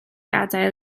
adael